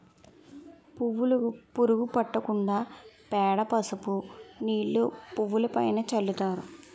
పువ్వులుకు పురుగు పట్టకుండా పేడ, పసుపు నీళ్లు పువ్వులుపైన చల్లుతారు